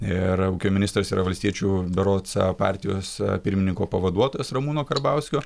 ir ūkio ministras yra valstiečių berods partijos pirmininko pavaduotojas ramūno karbauskio